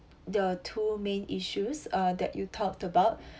the two main issues uh that you talked about